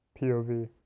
POV